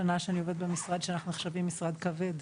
שבהן אני עובדת במשרד שאנחנו נחשבים משרד כבד.